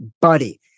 buddy